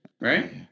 Right